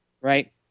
Right